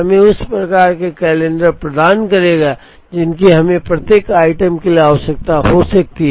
हमें उस प्रकार के कैलेंडर प्रदान करेगा जिनकी हमें प्रत्येक आइटम के लिए आवश्यकता हो सकती है